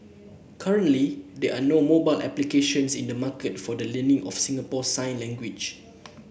currently there are no mobile applications in the market for the learning of Singapore sign language